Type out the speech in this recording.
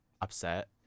upset